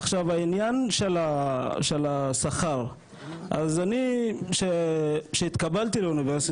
עכשיו העניין של השכר אז אני שהתקבלתי לאוניברסיטה